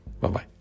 Bye-bye